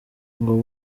ngo